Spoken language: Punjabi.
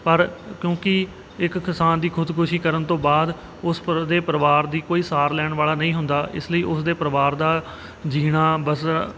ਪਰ ਕਿਉਂਕਿ ਇੱਕ ਕਿਸਾਨ ਦੀ ਖੁਦਕੁਸ਼ੀ ਕਰਨ ਤੋਂ ਬਾਅਦ ਉਸ ਪਰ ਦੇ ਪਰਿਵਾਰ ਦੀ ਕੋਈ ਸਾਰ ਲੈਣ ਵਾਲਾ ਨਹੀਂ ਹੁੰਦਾ ਇਸ ਲਈ ਉਸ ਦੇ ਪਰਿਵਾਰ ਦਾ ਜੀਣਾ ਬਸਰ